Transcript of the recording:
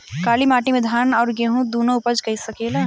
काली माटी मे धान और गेंहू दुनो उपज सकेला?